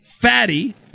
Fatty